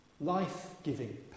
Life-giving